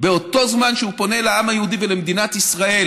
בזמן שהוא פונה לעם היהודי ולמדינת ישראל